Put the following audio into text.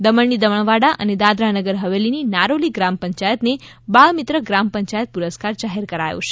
દમણ ની દમણવાડા અને દાદરા નગર હવેલીની નારોલી ગ્રામ પંચાયતને બાળ મિત્ર ગ્રામ પંચાયત પુરસ્કાર જાહેર કરાયા છે